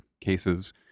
cases